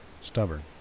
stubborn